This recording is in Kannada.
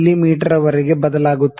ಮೀ ವರೆಗೆ ಬದಲಾಗುತ್ತದೆ